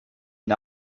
une